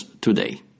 today